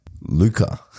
Luca